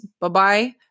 bye-bye